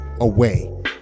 away